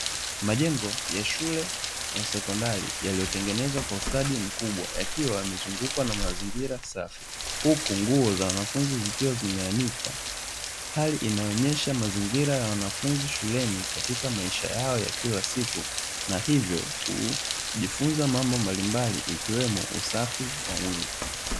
Majengo ya shule ya sekondari yaliyotengenezwa kwa ustadi mkubwa, yakiwa yamezungukwa na mazingira safi, huku nguo za wanafunzi zikiwa zimeanikwa, hali inayo onyesha mazingira ya wanafunzi shuleni katika maisha yao ya kila siku, na hivyo, hujifunza mambo mbalimbali ikiwemo usafi.